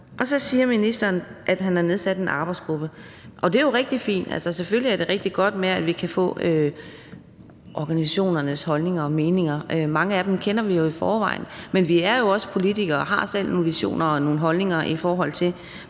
Så siger ministeren, at han har nedsat en arbejdsgruppe, og det er jo rigtig fint. Altså, selvfølgelig er det rigtig godt, at vi kan få organisationernes holdninger og meninger – mange af dem kender vi jo i forvejen. Men vi er jo også politikere og har selv nogle visioner og nogle holdninger, i forhold til